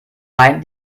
wein